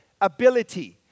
Ability